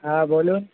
হ্যাঁ বলুন